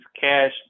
cash